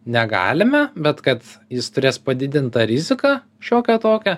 negalime bet kad jis turės padidintą riziką šiokią tokią